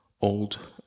old